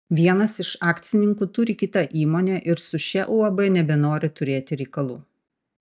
vienas iš akcininkų turi kitą įmonę ir su šia uab nebenori turėti reikalų